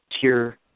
tier